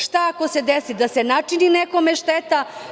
Šta ako se desi da se načini nekome šteta?